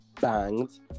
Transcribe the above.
banged